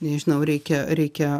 nežinau reikia reikia